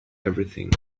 everything